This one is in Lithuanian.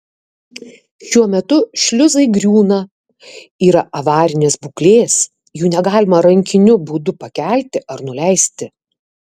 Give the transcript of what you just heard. šiuo metu šliuzai griūna yra avarinės būklės jų negalima rankiniu būdu pakelti ar nuleisti